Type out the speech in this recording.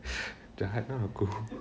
jahat nah aku